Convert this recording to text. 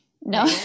No